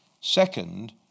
Second